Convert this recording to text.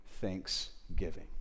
thanksgiving